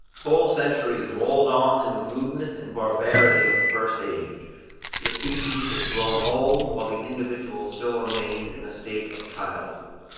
whole centuries rolled on in the rudeness and barbarity of the first age the species was grown old, while the individual still remained in a state of childhood.